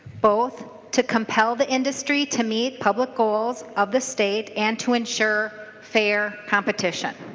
both to compel the industry to meet public goals of the state and to ensure fair competition.